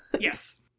Yes